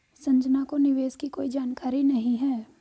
संजना को निवेश की कोई जानकारी नहीं है